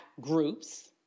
groups